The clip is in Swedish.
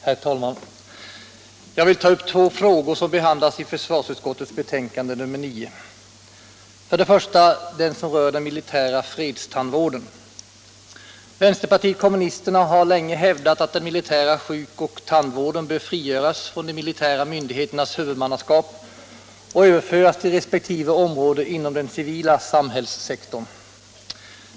Herr talman! Jag vill ta upp två frågor som behandlats i försvarsutskottets betänkande nr 9. Den första rör den militära fredstandvården. Vänsterpartiet kommunisterna har länge hävdat att den militära sjuk och tandvården bör frigöras från de militära myndigheternas huvudmannaskap och överföras till resp. område inom den civila samhällssektorn.